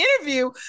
interview